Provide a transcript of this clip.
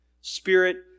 Spirit